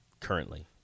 currently